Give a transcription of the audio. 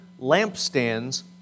lampstands